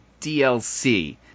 DLC